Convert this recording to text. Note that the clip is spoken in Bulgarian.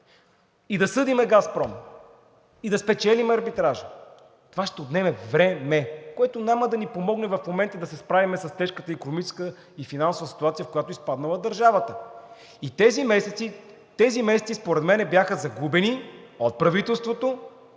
И да съдим „Газпром“, и да спечелим арбитража, това ще отнеме време, което няма да ни помогне в момента да се справим с тежката икономическа и финансова ситуация, в която е изпаднала държавата. Тези месеци според мен бяха загубени от правителството.